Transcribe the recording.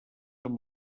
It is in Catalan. amb